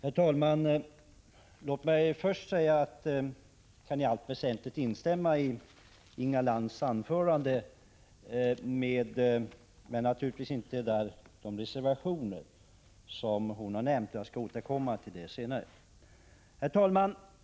Prot. 1985/86:120 Herr talman! Låt mig först säga att jag i allt väsentligt kan instämma i Inga — 17 april 1986 Lantz anförande, men naturligtvis inte vad gäller de reservationer som hon B förs ( nämnde. Jag skall återkomma till det senare. Ostadsförsörjningen m.m. Herr talman!